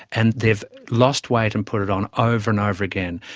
and they've lost weight and put it on over and over again.